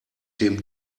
dem